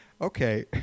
Okay